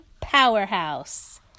powerhouse